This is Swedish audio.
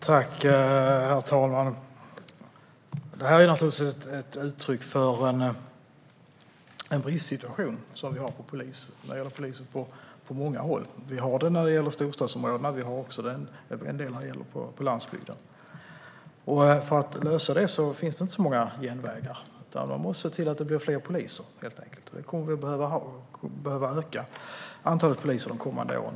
Herr talman! Detta är naturligtvis ett uttryck för en bristsituation som vi har när det gäller polisen på många håll. Vi har det när det gäller storstadsområdena, och vi har det också till en del när det gäller landsbygden. För att lösa detta finns det inte så många genvägar, utan man måste helt enkelt se till att det blir fler poliser. Vi kommer att behöva öka antalet poliser de kommande åren.